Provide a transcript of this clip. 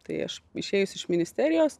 tai aš išėjus iš ministerijos